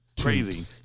Crazy